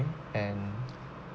and